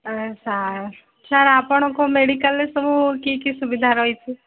sir sir ଆପଣଙ୍କ ମେଡ଼ିକାଲ୍ରେ ସବୁ କି କି ସୁବିଧା ରହିଛି